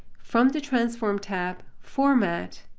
from the transform tab, format,